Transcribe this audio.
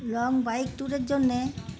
long bike ট্যুরের জন্যে